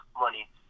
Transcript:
money